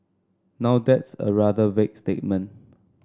now that's a rather vague statement